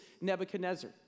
Nebuchadnezzar